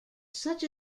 such